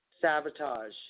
Sabotage